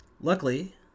Luckily